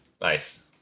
Nice